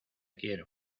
quiero